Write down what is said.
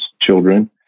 children